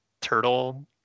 turtle